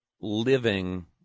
living